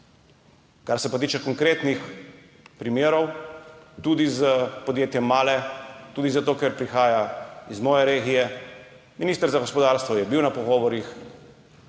Kar se pa tiče konkretnih primerov, s podjetjem Mahle, tudi zato, ker prihaja iz moje regije, je bil minister za gospodarstvo na pogovorih,